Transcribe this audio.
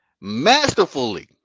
masterfully